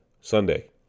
Sunday